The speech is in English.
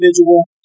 individual